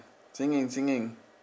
singing singing